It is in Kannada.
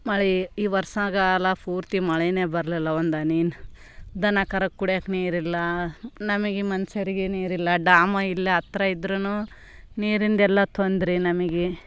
ಮಳೆ ಈ ವರ್ಷಕಾಲ ಪೂರ್ತಿ ಮಳೆಯೇ ಬರ್ಲಿಲ್ಲ ಒಂದು ಹನಿಯೂ ದನ ಕರುಗೆ ಕುಡಿಯೋಕ್ಕೆ ನೀರಿಲ್ಲ ನಮಗೆ ಮನಷ್ಯರಿಗೆ ನೀರಿಲ್ಲ ಡ್ಯಾಮ ಇಲ್ಲೇ ಹತ್ರ ಇದ್ರೂ ನೀರಿಂದೆಲ್ಲ ತೊಂದ್ರೆ ನಮಗೆ